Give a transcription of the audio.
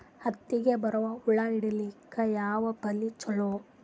ಹತ್ತಿಗ ಬರುವ ಹುಳ ಹಿಡೀಲಿಕ ಯಾವ ಬಲಿ ಚಲೋ?